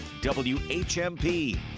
whmp